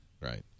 right